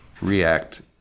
react